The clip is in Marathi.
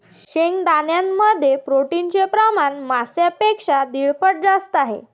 शेंगदाण्यांमध्ये प्रोटीनचे प्रमाण मांसापेक्षा दीड पट जास्त आहे